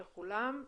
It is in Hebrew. כולם.